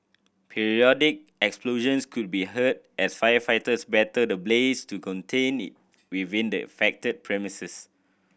periodic explosions could be heard as firefighters battle the blaze to contain it within the affected premises